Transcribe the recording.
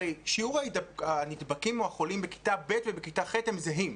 הרי שיעור הנדבקים או החולים בכיתה ב' ובכיתה ח' הם זהים.